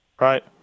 Right